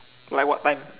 like what time